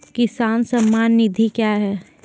किसान सम्मान निधि क्या हैं?